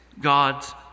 God's